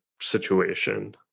situation